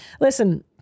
Listen